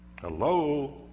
Hello